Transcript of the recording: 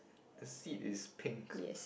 the seat is pink